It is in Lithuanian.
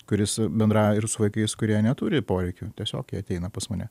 kuris bendrauja ir su vaikais kurie neturi poreikio tiesiog jie ateina pas mane